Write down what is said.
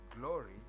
glory